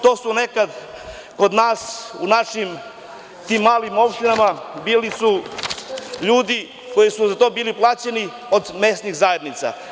To su nekad kod nas u tim našim malim opštinama bili ljudi koji su za to bili plaćeni od strane mesnih zajednica.